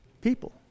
people